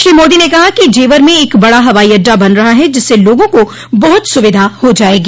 श्री मोदी ने कहा कि जेवर में एक बड़ा हवाई अड्डा बन रहा है जिससे लोगों को बहुत सुविधा हो जाएगी